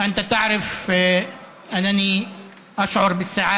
אתה יודע שאני חש שמחה